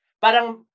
parang